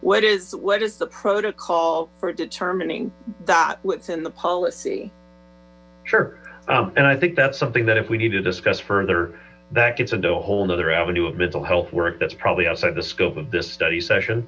what is what is the protocol for determining that what's in the policy sure and i think that's something that if we need to discuss further that gets into a whole nother avenue of mental health work that's probably outside the scope of this study session